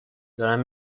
دارم